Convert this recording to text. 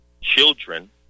children